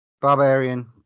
Barbarian